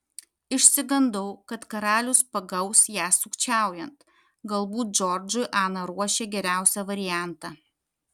išsigandau kad karalius pagaus ją sukčiaujant galbūt džordžui ana ruošė geriausią variantą